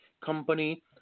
company